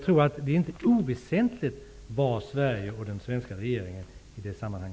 Det är inte oväsentligt vad Sverige och den svenska regeringen säger i detta sammanhang.